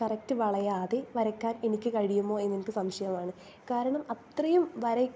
correct വളയാതെ വരയ്ക്കാൻ എനിക്ക് കഴിയുമോ എന്ന് എനിക്ക് സംശയമാണ് കാരണം അത്രയും വരയ്